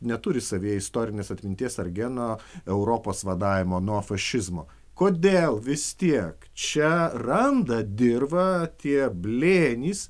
neturi savyje istorinės atminties ar geno europos vadavimo nuo fašizmo kodėl vis tiek čia randa dirvą tie blėnys